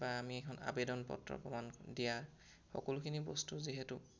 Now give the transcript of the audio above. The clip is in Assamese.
বা আমি এখন আবেদন পত্ৰ প্ৰদান দিয়া সকলোখিনি বস্তু যিহেতু